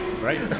right